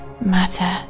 matter